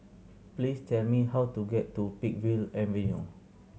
please tell me how to get to Peakville Avenue